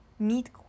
meet